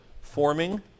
forming